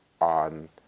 on